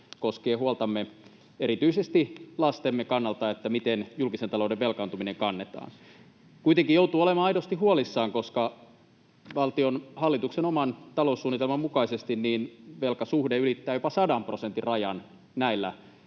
koskee myös huoltamme siitä, erityisesti lastemme kannalta, miten julkisen talouden velkaantuminen kannetaan. Kuitenkin joutuu olemaan aidosti huolissaan, koska hallituksen oman taloussuunnitelman mukaisesti valtion velkasuhde ylittää jopa 100 prosentin rajan näillä